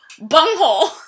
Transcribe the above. Bunghole